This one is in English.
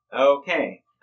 Okay